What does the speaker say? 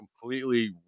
completely